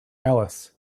alice